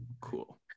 Cool